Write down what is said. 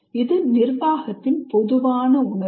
இது நிர்வாகத்தின் பொதுவான உணர்வு